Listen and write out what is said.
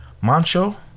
Mancho